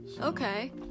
Okay